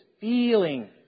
feeling